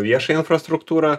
viešą infrastruktūrą